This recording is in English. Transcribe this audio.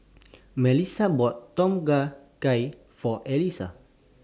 Mellisa bought Tom Kha Gai For Alissa